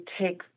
take